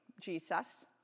Jesus